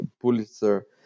Pulitzer